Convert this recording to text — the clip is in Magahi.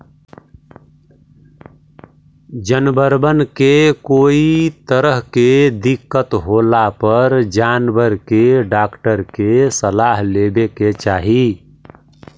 जनबरबन के कोई तरह के दिक्कत होला पर जानबर के डाक्टर के सलाह लेबे के चाहि